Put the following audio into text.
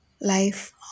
life